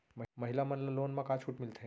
महिला मन ला लोन मा का छूट मिलथे?